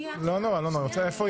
שמשום מה לא נמצא.